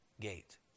gate